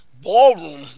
ballroom